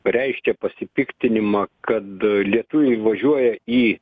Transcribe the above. reiškė pasipiktinimą kad lietuviai važiuoja į